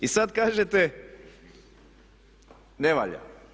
I sad kažete ne valja.